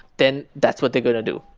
then that's what they're going to do.